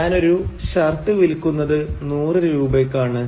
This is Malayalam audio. ഞാൻ ഒരു ഷർട്ട് വിൽക്കുന്നത് നൂറു രൂപയ്ക്കാണ്